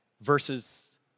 versus